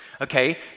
okay